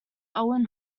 owen